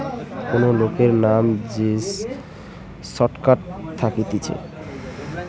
কোন লোকের নাম যে স্টকটা থাকতিছে